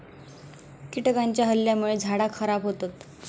कीटकांच्या हल्ल्यामुळे झाडा खराब होतत